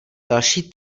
další